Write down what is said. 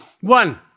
One